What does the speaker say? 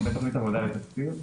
עבודה לתקציב,